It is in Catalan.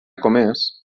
comès